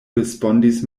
respondis